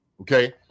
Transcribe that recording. Okay